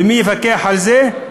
ומי יפקח על זה?